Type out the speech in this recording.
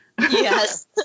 Yes